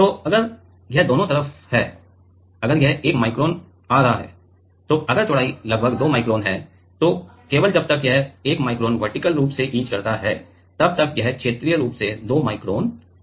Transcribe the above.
तो अगर यह दोनों तरफ है अगर यह 1 माइक्रोन आ रहा है तो अगर चौड़ाई लगभग 2 माइक्रोन है तो केवल जब तक यह 1 माइक्रोन वर्टिकल रूप से इच करता है तब तक यह क्षैतिज रूप से 2 माइक्रोन इच करता है